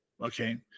Okay